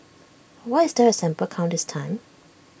why is there A sample count this time